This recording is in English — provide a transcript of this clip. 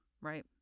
right